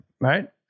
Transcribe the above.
right